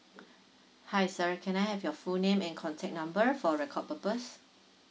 hi sir can I have your full name and contact number for record purpose